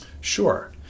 Sure